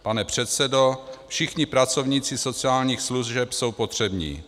Pane předsedo, všichni pracovníci sociálních služeb jsou potřební.